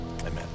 amen